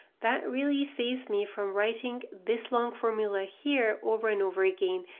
that really saves me from writing this wrong formula here over and over again,